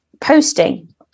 posting